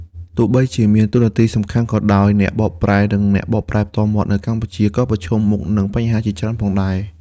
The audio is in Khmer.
ទោះបីជាមានតួនាទីសំខាន់ក៏ដោយ អ្នកបកប្រែ និងអ្នកបកប្រែផ្ទាល់មាត់នៅកម្ពុជាក៏ប្រឈមមុខនឹងបញ្ហាជាច្រើនផងដែរ។